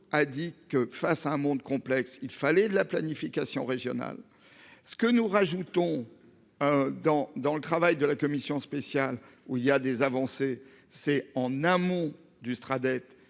a dit que face à un monde complexe, il fallait de la planification régionale. Ce que nous rajoutons. Dans, dans le travail de la commission spéciale où il y a des avancées, c'est en amont du strat